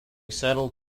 settled